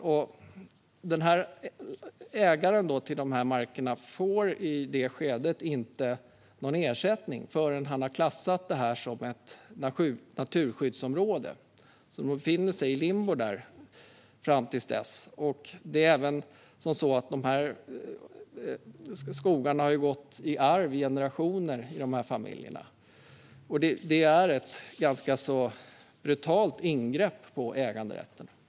Och ägarna till dessa marker får inte någon ersättning förrän man har klassat det som ett naturskyddsområde. De befinner sig i limbo fram till dess. Skogarna har gått i arv i generationer i de här familjerna. Det är ett ganska brutalt ingrepp i äganderätten.